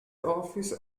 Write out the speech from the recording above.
office